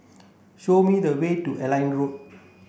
show me the way to Airline Road